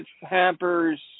Hampers